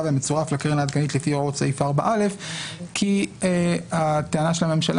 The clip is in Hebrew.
והמצורף לקרן העדכנית לפי הוראות סעיף 4א". הטענה של הממשלה